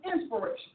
inspiration